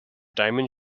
diamond